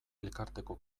elkarteko